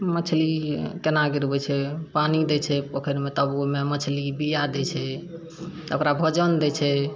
मछली केना गिरबय छै पानि दै छै पोखरिमे तब ओइमे मछली बीया दै छै ओकरा भोजन दै छै